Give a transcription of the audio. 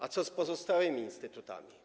A co z pozostałymi instytutami?